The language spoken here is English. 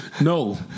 No